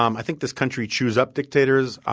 um i think this country chews up dictators.